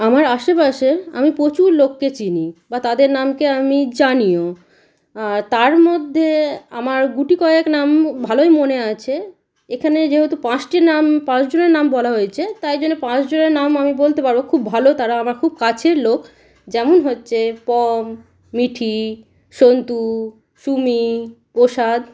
আমার আশেপাশে আমি প্রচুর লোককে চিনি বা তাদের নামকে আমি জানিও তার মধ্যে আমার গুটিকয়েক নাম ভালোই মনে আছে এখানে যেহেতু পাঁচটি নাম পাঁচজনের নাম বলা হয়ছে তাই জন্য পাঁচজনের নাম আমি বলতে পারব খুব ভালো তারা আমার খুব কাছের লোক যেমন হচ্ছে পম মিঠি সন্তু সুমি প্রসাদ